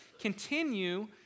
continue